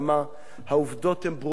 העובדות הן ברורות וחדות.